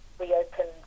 reopened